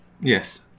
Yes